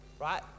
right